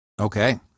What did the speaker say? Okay